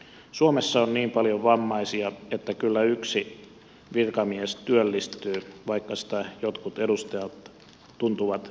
suomessa on niin paljon vammaisia että kyllä yksi virkamies työllistyy vaikka sitä jotkut edustajat tuntuvat jo epäilevän